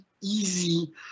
Easy